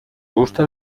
gusta